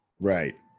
right